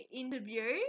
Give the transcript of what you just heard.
interview